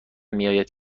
میآید